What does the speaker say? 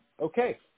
Okay